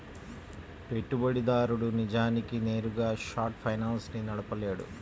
పెట్టుబడిదారుడు నిజానికి నేరుగా షార్ట్ ఫైనాన్స్ ని నడపలేడు